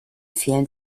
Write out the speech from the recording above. fehlen